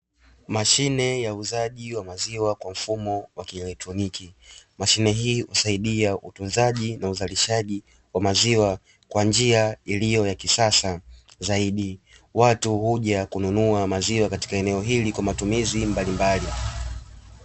Mashine ya uuzaji wa maziwa kwa mfumo wa kielektroniki. Mashine hii husaidia uuzaji na uzalishaji wa maziwa kwa njia iliyo ya kisasa zaidi. Watu huja kununua maziwa katika eneo hili kwa matumizi mbalimbali.